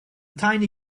tiny